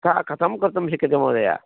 खा कतं कर्तुं शक्यते महोदय